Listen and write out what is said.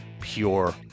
pure